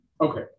Okay